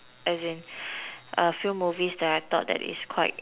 as in a few movies that I thought that is quite